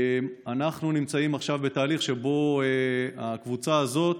אנחנו נמצאים עכשיו בתהליך שבו הקבוצה הזאת,